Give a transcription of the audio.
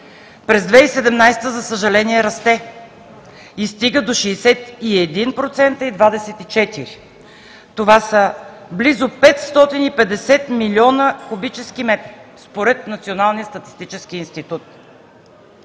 През 2017 г., за съжаление, расте и стига до 61,24%. Това са близо 550 млн. кубически метра според Националния статистически институт.